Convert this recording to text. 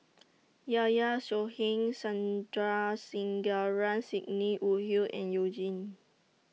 Yahya Cohen Sandrasegaran Sidney Woodhull and YOU Jin